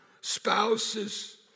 spouses